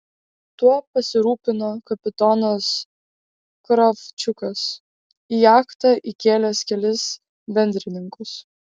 tuo pasirūpino kapitonas kravčiukas į jachtą įkėlęs kelis bendrininkus